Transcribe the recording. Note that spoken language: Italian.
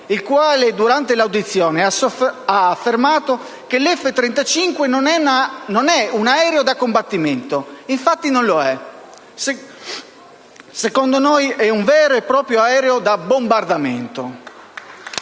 il quale, durante l'audizione, ha affermato che l'F-35 non è un aereo da combattimento. Infatti, non lo è. Secondo noi è un vero e proprio aereo da bombardamento.